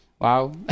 Wow